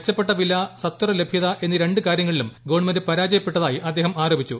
മെച്ചപ്പെട്ട വില സത്വര ലഭ്യത എന്നീ രണ്ട് കാരൃങ്ങളിലും ഗവൺമെന്റ് പരാജയപ്പെട്ടതായി അദ്ദേഹം ആരോപ്പിച്ചു